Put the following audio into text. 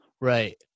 Right